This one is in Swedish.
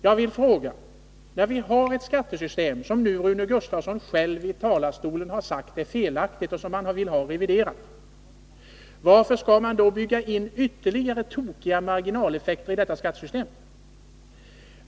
När vi nu har ett skattesystem som Rune Gustavsson i talarstolen själv har förklarat vara felaktigt och som han vill få reviderat kan man fråga sig, varför det skall byggas in fler tokiga marginaleffekter i systemet.